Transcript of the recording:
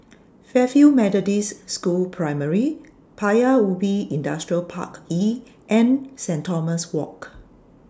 Fairfield Methodist School Primary Paya Ubi Industrial Park E and Saint Thomas Walk